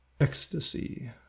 ecstasy